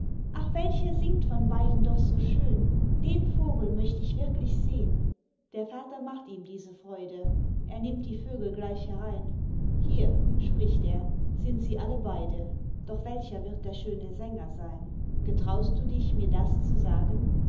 ach welcher singt von beiden doch so schön den vogel möcht ich wirklich sehn der vater macht ihm diese freude er nimmt die vögel gleich herein hier spricht er sind sie alle beide doch welcher wird der schöne sänger sein getraust du dich mir das zu sagen